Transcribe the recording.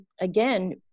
again